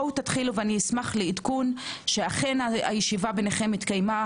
תתחילו ואשמח לעדכון שהישיבה ביניכם התקיימה